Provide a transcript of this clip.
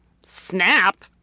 Snap